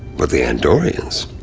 but the andorians,